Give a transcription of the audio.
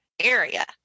area